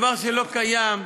דבר שלא קיים.